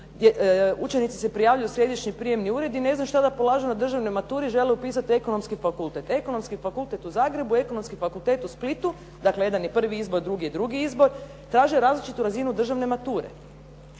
učenici se prijavljuju u središnji prijemni ured i ne znaju što da polažu na državnoj maturi, žele upisati ekonomski fakultet. Ekonomski fakultet u Zagrebu i Ekonomski fakultet u Splitu, dakle jedan je prvi izbor, drugi je drugi izbor, traže različitu razinu državne mature.